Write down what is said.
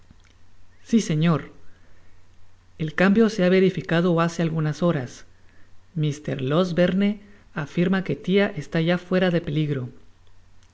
si señor el cambio se ha verificado hace algunas horas mr losberne afirma que tia está ya fuera de peligro